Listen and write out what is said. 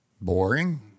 boring